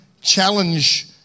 challenge